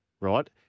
right